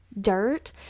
dirt